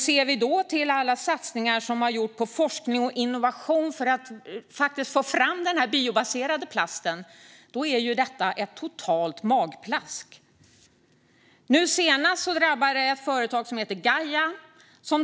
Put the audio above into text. Ser vi då till alla satsningar som har gjorts på forskning och innovation för att faktiskt få fram denna biobaserade plast är detta ett totalt magplask. Nu senast drabbade detta ett företag som heter Gaia.